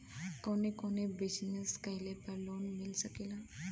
कवने कवने बिजनेस कइले पर लोन मिल सकेला?